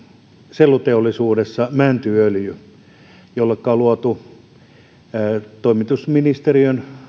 selluteollisuudessa mäntyöljy josta on toimitusministeriön